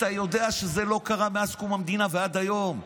אתה יודע שזה לא קרה מקום המדינה ועד היום,